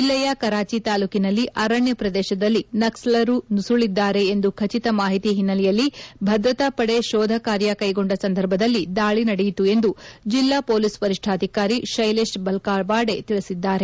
ಜಿಲ್ಲೆಯ ಕರಾಚಿ ತಾಲೂಕಿನಲ್ಲಿ ಅರಣ್ಯ ಪ್ರದೇಶದಲ್ಲಿ ನಕ್ಸಲರು ನುಸುಳಿದ್ದಾರೆ ಎಂದು ಖಚಿತ ಮಾಹಿತಿ ಹಿನ್ನೆಲೆಯಲ್ಲಿ ಭದ್ರತಾಪಡೆ ಶೋಧ ಕಾರ್ಯ ಕೈಗೊಂಡ ಸಂದರ್ಭದಲ್ಲಿ ದಾಳಿ ನಡೆಯಿತು ಎಂದು ಜಿಲ್ಲಾ ಹೊಲೀಸ್ ವರಿಷ್ಣಾಧಿಕಾರಿ ಶ್ಲೆಲೇಶ್ ಬಲ್ಲಾವಾಡೆ ತಿಳಿಸಿದ್ದಾರೆ